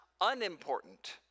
unimportant